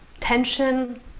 tension